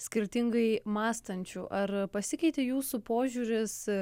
skirtingai mąstančių ar pasikeitė jūsų požiūris